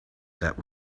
that